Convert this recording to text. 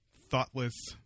thoughtless